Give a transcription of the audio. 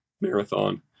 marathon